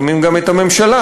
לפעמים גם את הממשלה,